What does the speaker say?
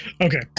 Okay